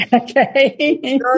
Okay